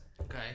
Okay